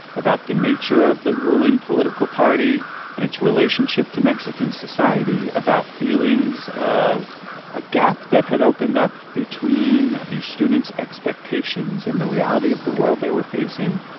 about the nature of the ruling political party and its relationship to mexican society, about feelings of a gap that had opened up between the students' expectations and the reality of the world they were facing.